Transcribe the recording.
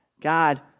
God